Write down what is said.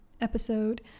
episode